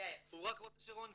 וקיבל לכך אישור מרופא כחשוד מיידי.